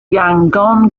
yangon